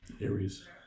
Aries